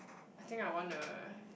I think I want a